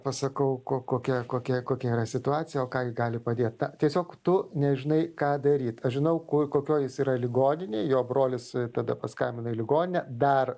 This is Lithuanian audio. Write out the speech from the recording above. pasakau ko kokia kokia kokia yra situacija o ką ji gali padėt tiesiog tu nežinai ką daryt aš žinau kur kokioj jis yra ligoninėje jo brolis tada paskambino į ligoninę dar